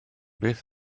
beth